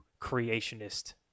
creationist